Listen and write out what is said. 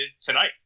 tonight